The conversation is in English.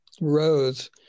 rose